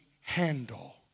handle